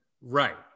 Right